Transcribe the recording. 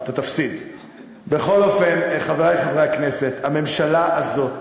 מזה, אדוני היושב-ראש,